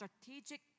strategic